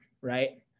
right